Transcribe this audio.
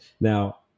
Now